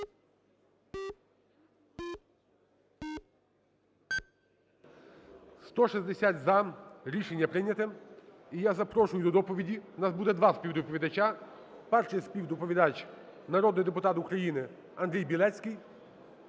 160 – за. Рішення прийняте. І я запрошую до доповіді, у нас буде два співдоповідача, перший співдоповідач - народний депутат України Андрій Білецький.